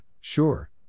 sure